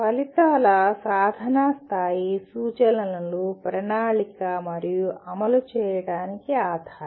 లేదా ఫలితాల సాధన స్థాయి సూచనలను ప్రణాళిక మరియు అమలు చేయడానికి ఆధారం